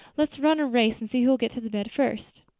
let's run a race and see who'll get to the bed first.